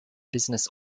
business